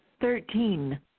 Thirteen